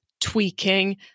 tweaking